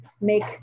make